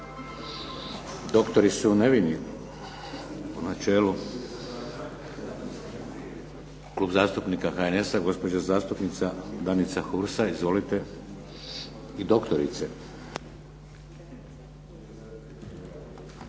Doktori su nevini, u načelu. Klub zastupnika HNS-a, gospođa zastupnica Danica Hursa. Izvolite. **Hursa,